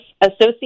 associate